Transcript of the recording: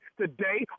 today